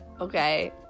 Okay